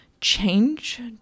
change